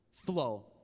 Flow